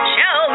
Show